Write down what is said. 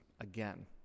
Again